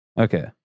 Okay